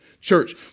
Church